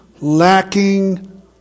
lacking